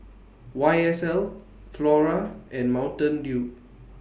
Y S L Flora and Mountain Dew